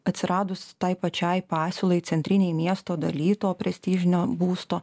atsiradus tai pačiai pasiūlai centrinėj miesto daly to prestižinio būsto